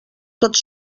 tots